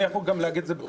אני יכול גם להגיד את זה,